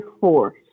force